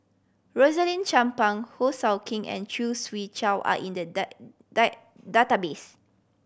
Rosaline Chan Pang Ho Sou King and Khoo Swee Chiow are in the database